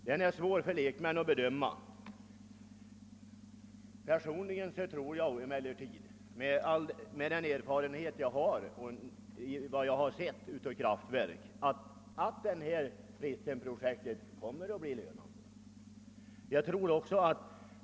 Den är svår för lekmän att bedöma. Emellertid tror jag, efter vad jag har sett av kraftverk, att Ritsemprojektet kommer att bli lönande.